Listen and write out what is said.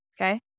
Okay